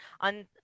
on